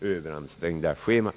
överansträngda schemat.